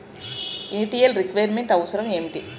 Initial requirement అవసరం ఎంటి?